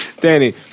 Danny